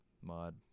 mod